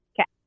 Okay